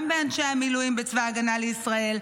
גם באנשי המילואים בצבא ההגנה לישראל.